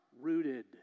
rooted